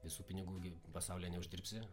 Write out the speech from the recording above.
visų pinigų gi pasaulyje neuždirbsi